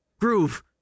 Groove